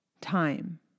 time